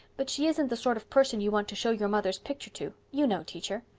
but she isn't the sort of person you want to show your mother's picture to. you know, teacher.